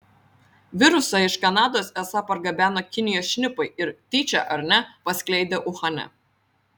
virusą iš kanados esą pargabeno kinijos šnipai ir tyčia ar ne paskleidė uhane